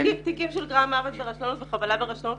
תיקים של מה שנקרא מוות ברשלנות או חבלה ברשלנות